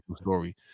story